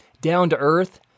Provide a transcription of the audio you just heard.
down-to-earth